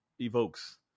evokes